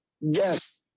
Yes